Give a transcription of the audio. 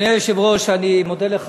אדוני היושב-ראש, אני מודה לך